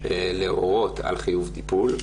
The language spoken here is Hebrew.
להורות על חיוב טיפול,